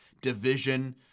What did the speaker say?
division